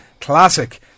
Classic